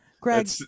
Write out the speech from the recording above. Greg